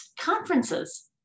conferences